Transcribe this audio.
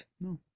No